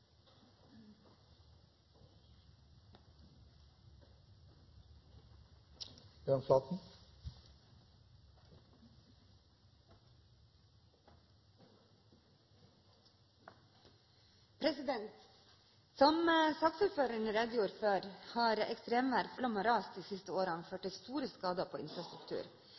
til. Som saksordføreren redegjorde for, har ekstremvær, flom og ras de siste årene ført til store skader på infrastruktur.